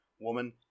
woman